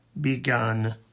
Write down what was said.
begun